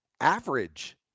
average